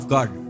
God